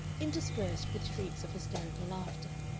interspersed with shrieks of hysterical laughter.